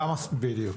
בדיוק.